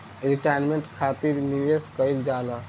retirement खातिर भी निवेश कईल जाला